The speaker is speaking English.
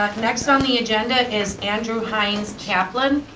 like next on the agenda is andrew hines-kaplan.